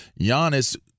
Giannis